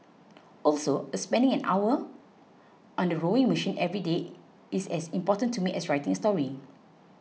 also spending an hour on the rowing machine every day is as important to me as writing a story